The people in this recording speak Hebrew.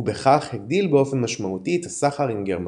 ובכך הגדיל באופן משמעותי את הסחר עם גרמניה.